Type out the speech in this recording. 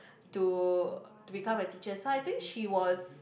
to become a teacher so I think she was